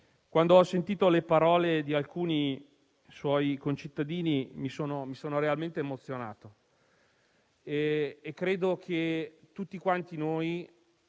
quando ho ascoltato le parole di alcuni suoi concittadini, mi sono realmente emozionato. Credo che tutti dobbiamo